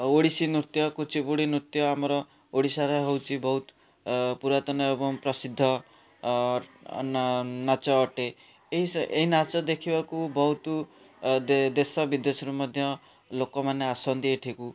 ଓଡ଼ିଶୀ ନୃତ୍ୟ କୁଚିପୁଡ଼ି ନୃତ୍ୟ ଆମର ଓଡ଼ିଶାରେ ହଉଚି ବହୁତ ପୁରାତନ ଏବଂ ପ୍ରସିଦ୍ଧ ନାଚ ଅଟେ ଏହି ଏହି ନାଚ ଦେଖିବାକୁ ବହୁତ ଦେଶ ବିଦେଶରୁ ମଧ୍ୟ ଲୋକମାନେ ଆସନ୍ତି ଏଠାକୁ